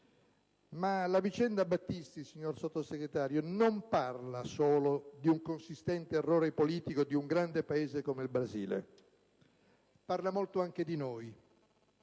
Ma la vicenda Battisti, signor Sottosegretario, non parla solo di un consistente errore politico di un grande Paese come il Brasile. Parla molto anche di noi,